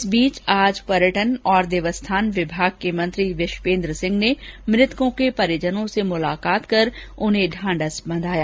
इस बीच आज पर्यटन और देवस्थान विभाग के मंत्री विश्वेन्द्र सिंह ने मृतकों के परिजनों से मुलाकात कर उन्हें ढांढस बंधाया